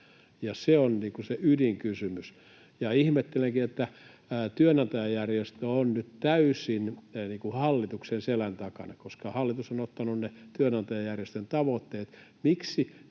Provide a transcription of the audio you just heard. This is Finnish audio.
se on se ydinkysymys. Ihmettelenkin, että työnantajajärjestö on nyt täysin hallituksen selän takana, koska hallitus on ottanut ne työnantajajärjestön tavoitteet.